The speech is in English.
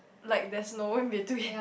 like there's no in between